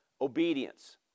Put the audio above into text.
obedience